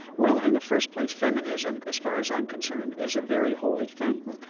well, in the first place, feminism, as far as i'm concerned, is a very holy thing.